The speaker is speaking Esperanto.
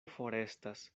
forestas